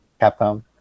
Capcom